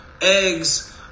eggs